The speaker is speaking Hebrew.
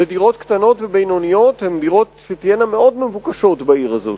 ודירות קטנות ובינוניות הן דירות שתהיינה מאוד מבוקשות בעיר הזאת.